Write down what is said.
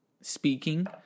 speaking